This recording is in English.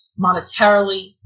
monetarily